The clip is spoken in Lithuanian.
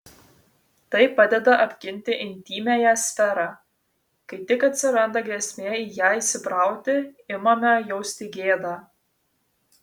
tai padeda apginti intymiąją sferą kai tik atsiranda grėsmė į ją įsibrauti imame jausti gėdą